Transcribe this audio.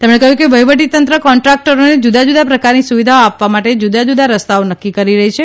તેમણે કહ્યું કે વહીવટીતંત્ર કોન્ટ્રાકટરોને જુદાજૂદા પ્રકારની સુવિધાઓ આપવા માટે જુદાજુદા રસ્તાઓ નક્કી કરી રહી છે